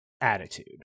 attitude